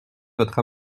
votre